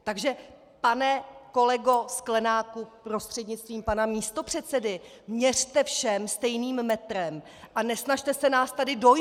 Takže pane kolego Sklenáku prostřednictvím pana místopředsedy, měřte všem stejným metrem a nesnažte se nás tady dojmout.